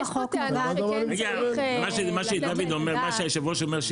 מה שהיושב ראש אומר,